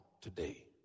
today